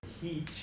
heat